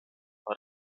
war